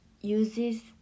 uses